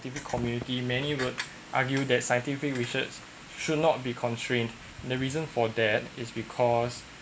scientific community many would argue that scientific research should not be constrained the reason for that is because